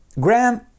Graham